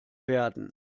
werden